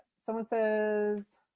someone says